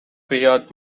بیاد